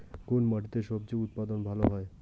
কোন মাটিতে স্বজি উৎপাদন ভালো হয়?